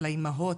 לאימהות,